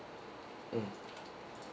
mm